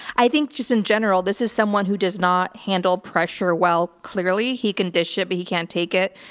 i think just in general, this is someone who does not handle pressure well. clearly he can dish it, but he can't take it.